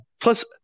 Plus